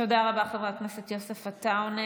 תודה רבה, חבר הכנסת יוסף עטאונה.